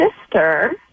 sister